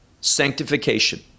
sanctification